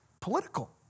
political